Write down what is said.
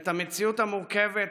את המציאות המורכבת,